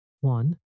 One